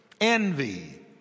envy